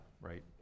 Right